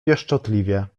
pieszczotliwie